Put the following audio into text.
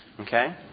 Okay